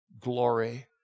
glory